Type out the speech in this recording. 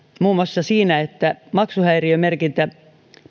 muun muassa siinä että maksuhäiriömerkintä